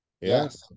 Yes